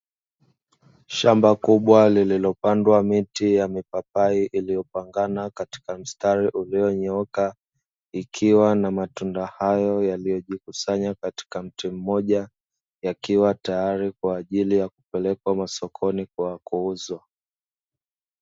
Shamba kubwa lililopandwa miti ya mipapai iliyopangana katika mstari ulionyooka, ikiwa na matunda hayo yaliyojikusanya katika mti mmoja yakiwa tayari kwa ajili ya kupelekwa masokoni kwa kuuzwa.